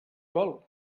vol